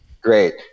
Great